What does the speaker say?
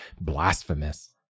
blasphemous